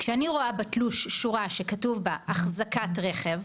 כשאני רואה בתלוש שורה שכתוב בה החזקת רכב,